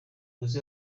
police